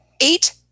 Eight